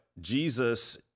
Jesus